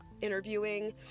interviewing